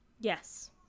Yes